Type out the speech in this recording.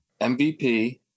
MVP